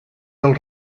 del